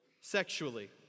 sexually